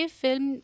film